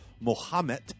Mohammed